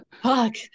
fuck